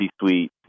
suite